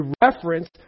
reference